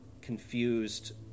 confused